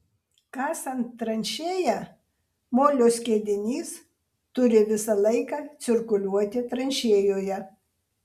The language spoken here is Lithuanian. kasant tranšėją molio skiedinys turi visą laiką cirkuliuoti tranšėjoje